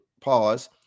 pause